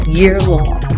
year-long